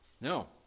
No